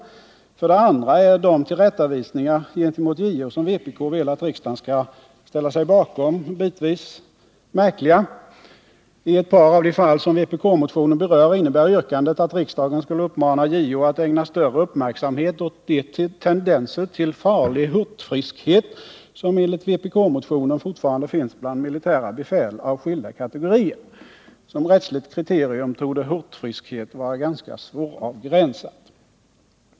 För det andra är de tillrättavisningar gentemot JO som vpk vill att riksdagen skall ställa sig bakom bitvis märkliga. I ett par av de fall som vpk-motionen berör innebär yrkandet att riksdagen skulle uppmana JO att ägna större uppmärksamhet åt de tendenser till ”farlig hurtfriskhet” som enligt vpk-motionen fortfarande finns bland militära befäl av skilda kategorier. Som rättsligt kriterium torde hurtfriskhet vara ganska svåravgränsat.